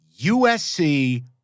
USC